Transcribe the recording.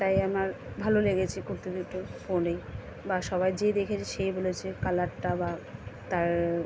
তাই আমার ভালো লেগেছে কুর্তি দুটো ফোনে বা সবার যে দেখেছে সে বলেছে কালারটা বা তার